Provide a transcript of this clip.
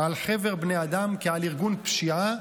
על חבר בני אדם כעל ארגון פשיעה,